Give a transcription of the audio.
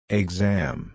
exam